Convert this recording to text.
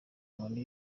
inkoni